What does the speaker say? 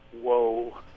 whoa